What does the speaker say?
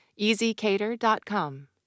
Easycater.com